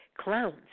clowns